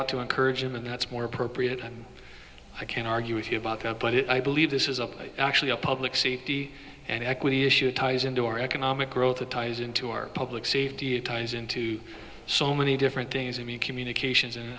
out to encourage them and that's more appropriate and i can argue with you about that but i believe this is a actually a public safety and equity issue it ties into our economic growth that ties into our public safety it ties into so many different days i mean communications and